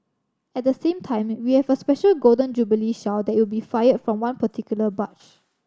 at the same time we have a special Golden Jubilee Shell that will be fired from one particular barge